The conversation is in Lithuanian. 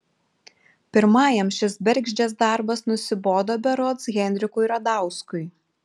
pirmajam šis bergždžias darbas nusibodo berods henrikui radauskui